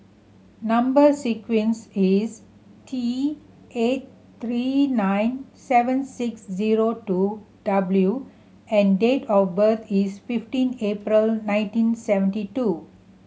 number sequence is T eight three nine seven six zero two W and date of birth is fifteen April nineteen seventy two